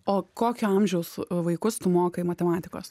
o kokio amžiaus vaikus tu mokai matematikos